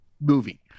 movie